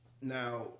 now